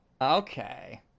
Okay